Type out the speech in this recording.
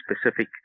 specific